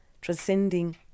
transcending